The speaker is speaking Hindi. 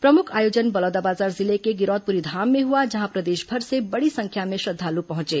प्रमुख आयोजन बलौदाबाजार जिले के गिरौदपुरी धाम में हुआ जहां प्रदेशभर से बड़ी संख्या में श्रद्धालु पहुंचे